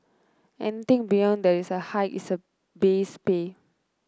anything beyond that is a hike in the base pay